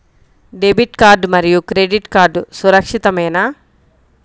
Debit card మరియు credit card సురక్షితమేనా?